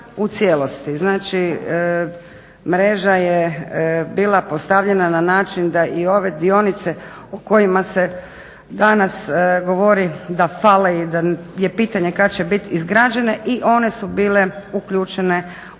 u cijelosti. Znači mreža je bila postavljena na način da i ove dionice o kojima se danas govori da fale i da je pitanje kada će biti izgrađene i one su bile uključene u taj